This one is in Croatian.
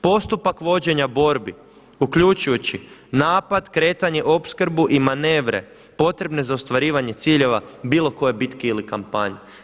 Postupak vođenja borbi uključujući napad, kretanje, opskrbu i manevre potrebne za ostvarivanje ciljeva bilo koje bitke ili kampanje.